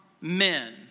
men